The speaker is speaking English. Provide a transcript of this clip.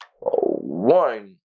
one